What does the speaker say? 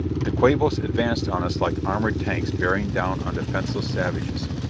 the quabos advanced on us like armored tanks bearing down on defenceless savages.